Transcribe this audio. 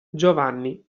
giovanni